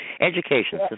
Education